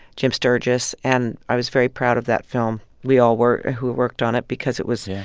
jim sturgess, and i was very proud of that film. we all were, who worked on it, because it was. yeah.